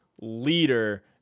leader